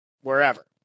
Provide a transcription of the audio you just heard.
wherever